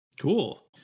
Cool